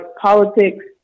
politics